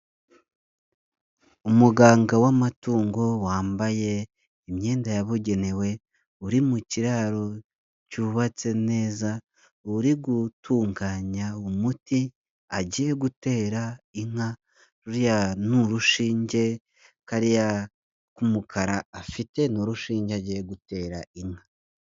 Umuganga w'amatungo wambaye imyenda yabugenewe uri mu kiraro cyubatse neza, uri gutunganya umuti agiye gutera inka, ruriya ni urushinge kariya k'umukara afite ni urushinge agiye gutera inka.